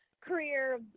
career